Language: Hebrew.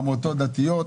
עמותות דתיות,